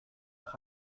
nach